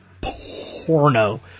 porno